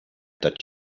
that